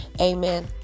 Amen